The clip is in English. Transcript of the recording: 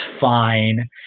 fine